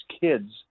kids